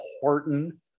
Horton